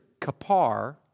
kapar